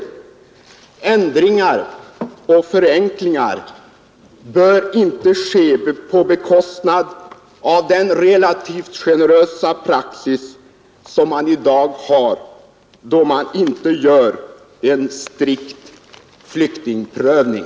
Förändringar och förenklingar bör inte ske på bekostnad av den relativt generösa praxis som man i dag tillämpar då man inte gör en strikt flyktingprövning.